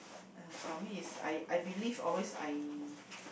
uh for me is I I believe always I